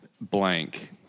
blank